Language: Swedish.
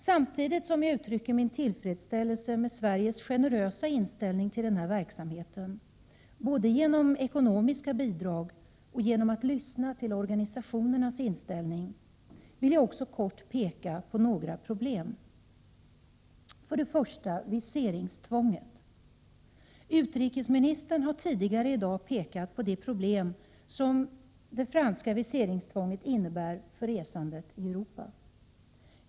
Samtidigt som jag uttrycker min tillfredsställelse med Sveriges generösa inställning till den här verksamheten, både genom ekonomiska bidrag och genom att lyssna till organisationernas inställning, vill jag också kort peka på några problem. För det första: viseringstvånget. Utrikesministern har tidigare i dag pekat på de problem som det franska viseringstvånget innebär för resandet i Europa.